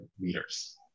leaders